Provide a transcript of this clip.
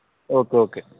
okay okay